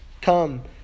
come